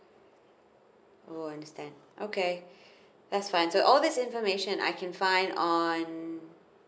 oh understand okay that's fine so all these information I can find on